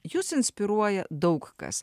jus inspiruoja daug kas